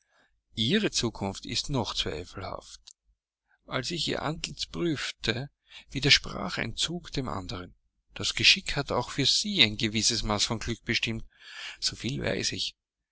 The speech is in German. ihre zukunft ist noch zweifelhaft als ich ihr antlitz prüfte widersprach ein zug dem andern das geschick hat auch für sie ein gewisses maß von glück bestimmt so viel weiß ich